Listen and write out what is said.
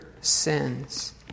sins